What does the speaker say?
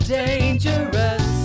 dangerous